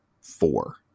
four